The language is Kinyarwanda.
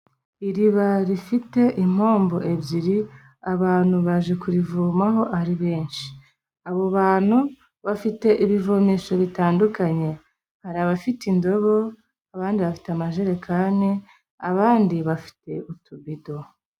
Iriba rifite impombo ebyiri, abantu baje kurivomaho ari benshi, abo bantu bafite ibivomesho bitandukanye hari abafite indobo, abandi bafite amajerekani, abandi bafite utubido.